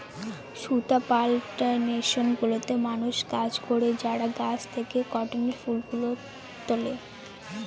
সুতা প্লানটেশন গুলোতে মানুষ কাজ করে যারা গাছ থেকে কটনের ফুল গুলো তুলে